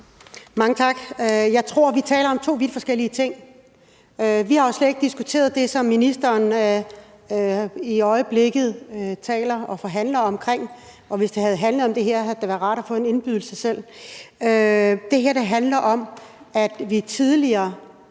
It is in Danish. Mange tak. Jeg tror, vi taler om to vidt forskellige ting. Vi har jo slet ikke diskuteret det, som ministeren i øjeblikket taler om og forhandler om. Og hvis det havde handlet om det her, havde det da været rart at få en indbydelse. Det her handler om, at man tidligere